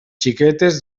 xiquetes